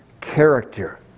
character